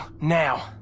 Now